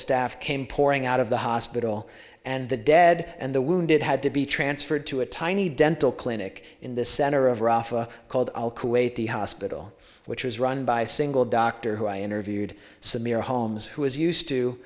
staff came pouring out of the hospital and the dead and the wounded had to be transferred to a tiny dental clinic in the center of rafa called al kuwaiti hospital which was run by a single doctor who i interviewed samir holmes who was used to